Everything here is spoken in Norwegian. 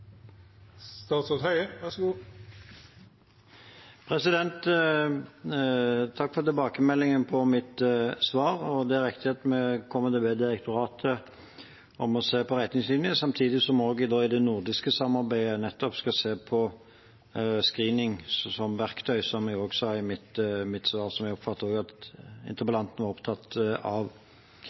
riktig at vi kommer til å be direktoratet om å se på retningslinjer, samtidig som det nordiske samarbeidet nettopp skal se på screening som verktøy, som jeg også sa i mitt svar, som jeg oppfattet at interpellanten var opptatt av.